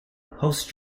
hosts